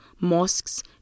mosques